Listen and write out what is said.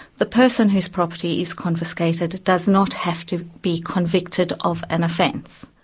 the person whose property is confiscated does not have to be convicted of an offence.